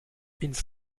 ins